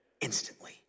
instantly